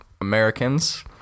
Americans